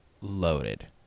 loaded